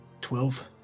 twelve